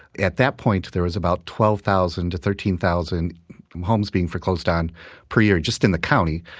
at that point, there was about twelve thousand to thirteen thousand homes being foreclosed on per year just in the county.